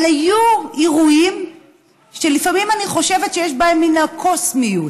אבל היו אירועים שלפעמים אני חושבת שיש בהם מן הקוסמיות.